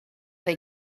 they